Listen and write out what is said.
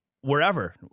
wherever